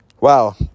Wow